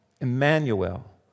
Emmanuel